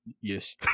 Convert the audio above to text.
Yes